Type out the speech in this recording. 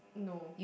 no